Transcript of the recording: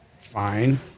Fine